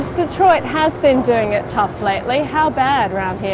detroit has been doing it tough lately, how bad around